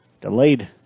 Delayed